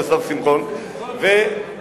כבוד השר שמחון, סלח לי.